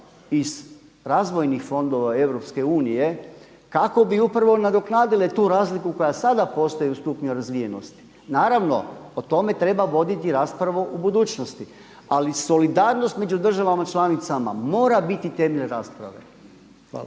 iz razvojnih fondova EU kako bi upravo nadoknadile tu razliku koja sada postoji u stupnju razvijenosti. Naravno o tome treba voditi raspravu u budućnosti ali solidarnost među državama članicama mora biti temelj rasprave. Hvala.